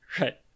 Right